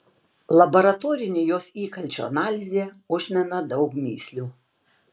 laboratorinė jos įkalčių analizė užmena daug mįslių